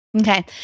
Okay